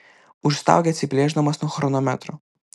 užstaugė atsiplėšdamas nuo chronometro